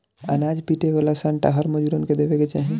अनाज पीटे वाला सांटा हर मजूरन के देवे के चाही